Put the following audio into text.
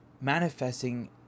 manifesting